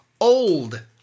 old